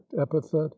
epithet